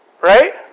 Right